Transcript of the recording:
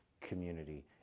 community